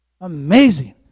amazing